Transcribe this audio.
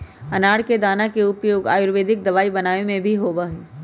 अनार के दाना के उपयोग आयुर्वेदिक दवाई बनावे में भी होबा हई